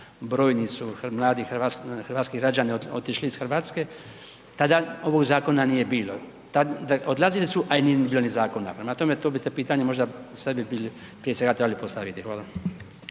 brojni su mladi hrvatski građani otišli iz Hrvatske tada ovog zakona nije bilo, odlazili su a nije ni bilo zakona. Prema tome to bi te pitanje možda sebi bili prije svega postaviti. Hvala.